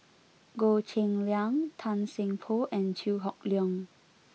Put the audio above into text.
Goh Cheng Liang Tan Seng Poh and Chew Hock Leong